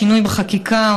השינוי בחקיקה,